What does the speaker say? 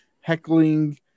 heckling